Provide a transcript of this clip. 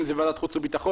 אם זאת ועדת החוץ והביטחון,